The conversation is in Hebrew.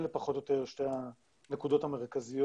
אלה פחות או יותר שתי הנקודות המרכזיות